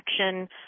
action